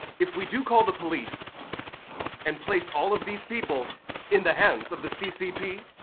if we do call the police and place all of these people in the hands of the ccp,